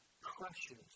crushes